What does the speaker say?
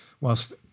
whilst